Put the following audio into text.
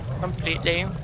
completely